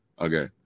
Okay